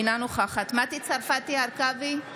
אינה נוכחת מטי צרפתי הרכבי,